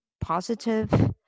positive